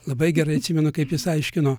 labai gerai atsimenu kaip jis aiškino